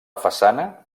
façana